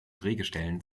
drehgestellen